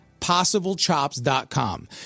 PossibleChops.com